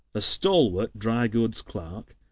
a stalwart, dry-goods clerk,